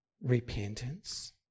Repentance